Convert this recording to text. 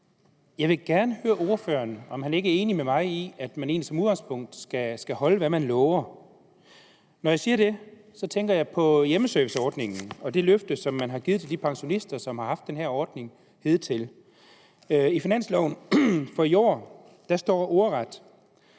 Jeg vil gerne høre ordføreren, om han ikke er enig med mig i, at man egentlig som udgangspunkt skal holde, hvad man lover. Når jeg siger det, tænker jeg på hjemmeserviceordningen og det løfte, som man har givet til de pensionister, som har haft den her ordning hidtil. I finansloven for i år står der ordret: